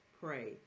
Pray